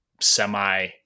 semi